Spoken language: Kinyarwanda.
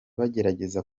bagerageza